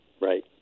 Right